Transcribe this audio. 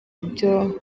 ibyo